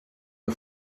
der